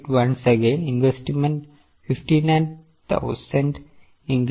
We will look at it once again investment 59000 increasing to 1 1 1